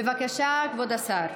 בבקשה, כבוד השר.